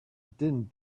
din